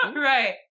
right